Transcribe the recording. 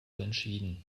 entschieden